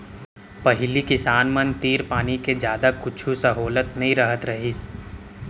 पहिली किसान मन तीर पानी के जादा कुछु सहोलत नइ रहत रहिस